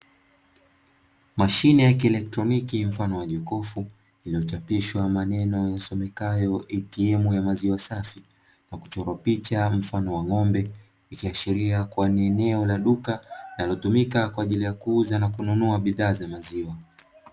Mashine ya kielektroniki mfano wa jokofu iliyochapishwa maneno yasomekayo "ATM ya maziwa safi" na kuchorwa picha mfano wa ng'ombe, ikiashiria kuwa ni eneo la duka linalotumika kwa ajili ya kuuza na kununua bidhaa za maziwa.